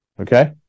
Okay